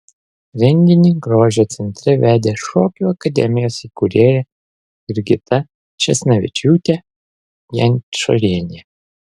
renginį grožio centre vedė šokių akademijos įkūrėja jurgita česnavičiūtė jančorienė